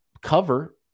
cover